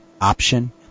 option